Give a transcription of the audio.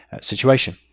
situation